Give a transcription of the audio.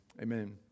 amen